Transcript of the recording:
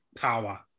power